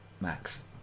Max